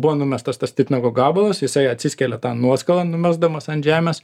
buvo numestas tas titnago gabalas jisai atsiskelia tą nuoskalą numesdamas ant žemės